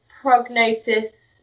prognosis